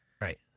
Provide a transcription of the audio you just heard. Right